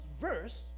verse